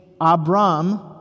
Abram